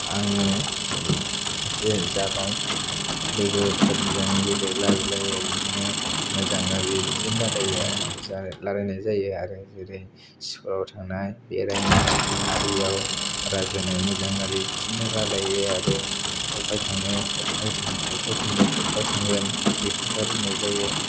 आङो जे जाबाय लोगोफोरजों जेरै रायज्लायो बिदिनो मोजां गाज्रि बिदिनो रायलायो आरो रालायनाय जायो आरो जेरै स्कुलाव थांनाय बेरायनाय आरिआव रायज्लायनाय मोजां गाज्रि बिदिनो रायलायो आरो अफाय थांनो अफाय फैगोन अफाय थांगोन बिदिखौ रायलायनाय जायो